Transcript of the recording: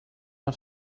not